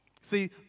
See